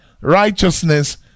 righteousness